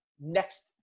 next